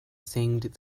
thinged